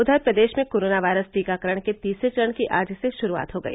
उधर प्रदेश में कोरोना वायरस टीकाकरण के तीसरे चरण की आज से शुरूआत हो गई